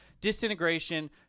disintegration